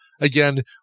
again